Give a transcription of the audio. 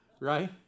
right